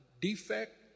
defect